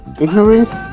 Ignorance